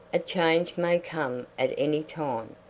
a change may come at any time.